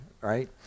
right